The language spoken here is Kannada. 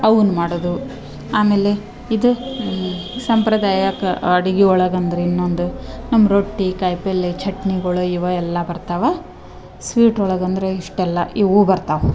ಅವುನ ಮಾಡೋದು ಆಮೇಲೆ ಇದು ಸಾಂಪ್ರದಾಯಿಕ ಅಡಿಗೆ ಒಳಗೆ ಅಂದ್ರ ಇನ್ನೊಂದು ನಮ್ಮ ರೊಟ್ಟಿ ಕಾಯಿ ಪಲ್ಯೆ ಚಟ್ನಿಗಳ ಇವ ಎಲ್ಲ ಬರ್ತವಾ ಸ್ವೀಟ್ ಒಳಗೆ ಅಂದರೆ ಇಷ್ಟೆಲ್ಲ ಇವು ಬರ್ತಾವೆ